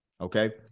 Okay